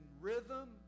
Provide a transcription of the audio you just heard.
rhythm